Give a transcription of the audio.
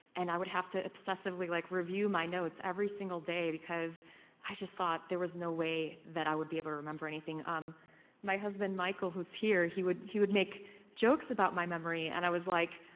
and i would have to obsessively like review my notes every single day because i just thought there was no way that i would be able to remember anything um my husband michael, who's here, he would he would make jokes about my memory and i was like.